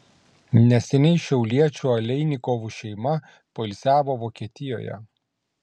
neseniai šiauliečių aleinikovų šeima poilsiavo vokietijoje